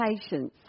patience